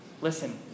listen